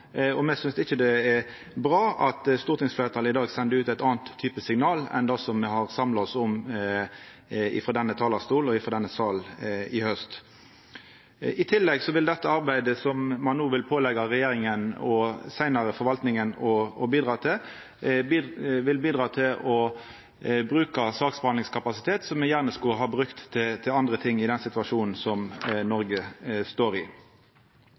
og me synest ikkje det er bra at stortingsfleirtalet i dag sender ut ein annan type signal enn det som me i haust samla oss om i denne salen. I tillegg vil dette arbeidet som ein no vil påleggja regjeringa – og seinare forvaltninga – bidra til at ein bruker saksbehandlingskapasitet som ein gjerne skulle ha brukt til andre ting i den situasjonen som Noreg står i.